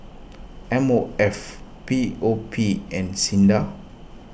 M O F P O P and Sinda